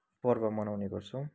पर्व मनाउने गर्छौँ